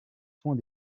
soins